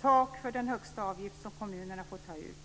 Tak ska finnas för den högsta avgift som kommunerna får ta ut.